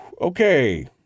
Okay